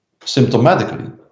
symptomatically